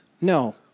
No